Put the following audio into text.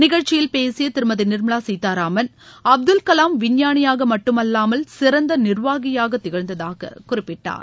நிகழ்ச்சியில் பேசிய திருமதி நிர்மலா சீத்தாராமன் அப்துல் கலாம் விஞ்ஞானியாக மட்டுமல்லாமல் சிறந்த நிர்வாகியாக திகழ்ந்ததாக குறிப்பிட்டார்